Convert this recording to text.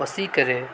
وسیع کرے